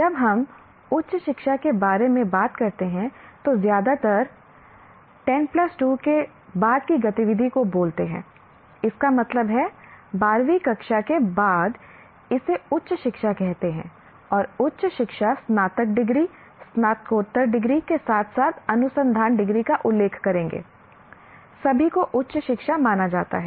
जब हम उच्च शिक्षा के बारे में बात करते हैं तो ज्यादातर 10 प्लस 2के बाद की गतिविधि को बोलते हैं इसका मतलब है 12 कक्षा के बाद इसे उच्च शिक्षा कहते हैं और उच्च शिक्षा स्नातक डिग्री स्नातकोत्तर डिग्री के साथ साथ अनुसंधान डिग्री का उल्लेख करेंगे सभी को उच्च शिक्षा माना जाता है